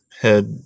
head